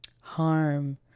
harm